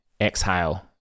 exhale